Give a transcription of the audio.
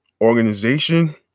organization